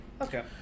okay